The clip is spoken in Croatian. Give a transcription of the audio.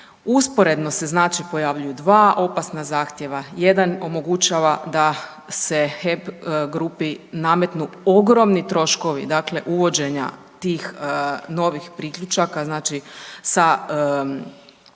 Usporedno se znači pojavljuju dva opasna zahtjeva. Jedan omogućava da se HEP grupi nametnu ogromni troškovi dakle uvođenja tih novih priključaka znači sa